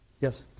Yes